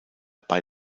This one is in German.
bei